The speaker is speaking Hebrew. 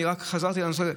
אני רק חזרתי לנושא.